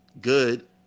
good